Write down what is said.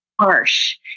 harsh